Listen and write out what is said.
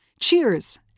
Cheers